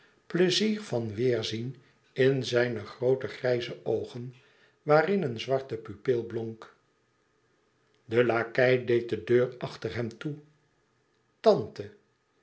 pleizier van weêrzien in zijne groote grijze oogen waarin een zwarte pupil blonk de lakei deed de deur achter hem toe tante